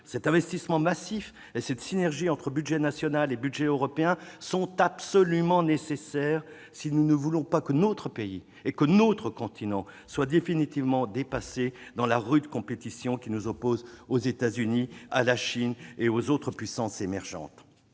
Cet investissement massif et cette synergie entre budget national et budget européen sont absolument nécessaires si nous ne voulons pas que notre pays et notre continent soient définitivement dépassés dans la rude compétition qui nous oppose aux États-Unis, à la Chine et aux autres puissances émergentes.